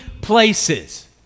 places